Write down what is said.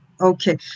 okay